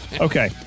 Okay